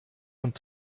und